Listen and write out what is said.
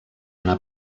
anà